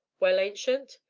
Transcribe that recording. well, ancient?